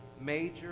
major